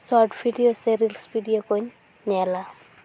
short video ᱥᱮ reels video ᱠᱚᱧ ᱧᱮᱞᱟ